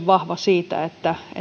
vahva myöskin siihen että